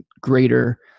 greater